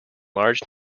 large